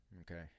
okay